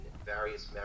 Various